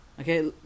Okay